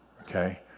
Okay